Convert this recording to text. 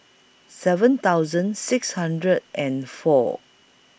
seven thousand six hundred and four